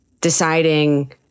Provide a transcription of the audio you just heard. deciding